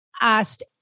asked